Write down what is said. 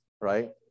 right